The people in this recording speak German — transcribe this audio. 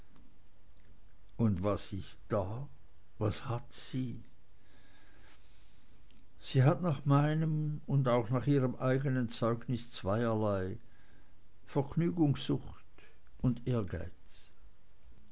und was ist da was hat sie sie hat nach meinem und auch nach ihrem eigenen zeugnis zweierlei vergnügungssucht und ehrgeiz